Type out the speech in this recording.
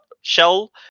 shell